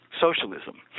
socialism